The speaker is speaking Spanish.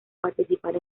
participar